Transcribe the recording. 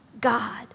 God